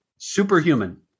superhuman